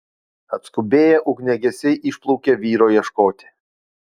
atskubėję ugniagesiai išplaukė vyro ieškoti